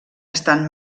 estan